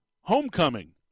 HOMECOMING